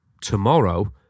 tomorrow